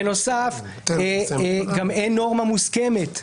בנוסף, גם אין נורמה מוסכמת.